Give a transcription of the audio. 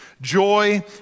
Joy